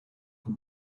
can